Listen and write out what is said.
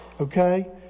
okay